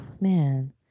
man